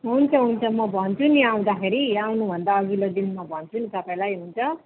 हुन्छ हुन्छ म भन्छु नि आउँदाखेरि आउनु भन्दा अघिल्लो दिन म भन्छु नि तपाईँलाई हुन्छ